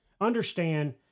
understand